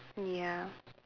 ya